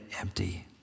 empty